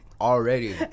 Already